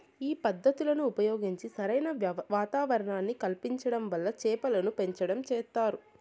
ఈ పద్ధతులను ఉపయోగించి సరైన వాతావరణాన్ని కల్పించటం వల్ల చేపలను పెంచటం చేస్తారు